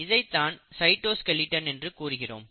இதை தான் சைட்டோஸ்கெலட்டன் என்று கூறுகிறோம்